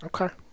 Okay